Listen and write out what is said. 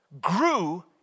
grew